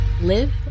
Live